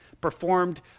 Performed